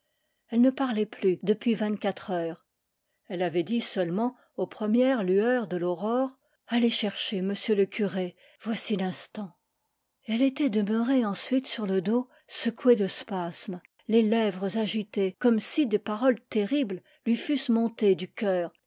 elle ne parlait plus depuis vingt-quatre heures elle avait dit seulement aux premières lueurs de l'aurore allez chercher monsieur le curé voici l'instant et elle était demeurée ensuite sur le dos secouée de spasmes les lèvres agitées comme si des paroles terribles lui fussent montées du cœur